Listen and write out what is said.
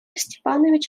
степанович